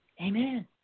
Amen